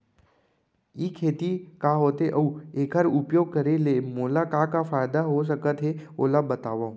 ई खेती का होथे, अऊ एखर उपयोग करे ले मोला का का फायदा हो सकत हे ओला बतावव?